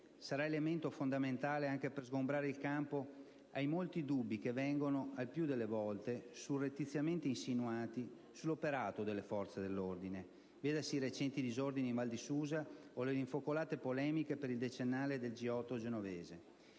sarà elemento fondamentale anche per sgombrare il campo dai molti dubbi che vengono, il più delle volte, surrettiziamente insinuati sull'operato delle forze dell'ordine (vedasi i recenti disordini in Val di Susa o le rinfocolate polemiche per il decennale del G8 genovese).